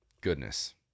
Goodness